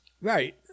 Right